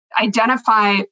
identify